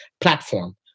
platform